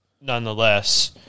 nonetheless